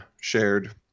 shared